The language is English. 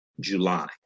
July